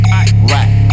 right